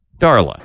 Darla